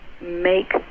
make